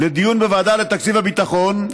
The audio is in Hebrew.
לדיון בוועדה לתקציב הביטחון,